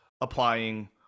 applying